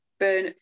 burn